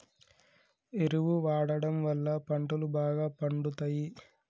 ఎరువు వాడడం వళ్ళ పంటలు బాగా పండుతయి